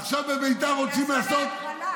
עכשיו בביתר רוצים לעשות, תעשו עליה הגרלה.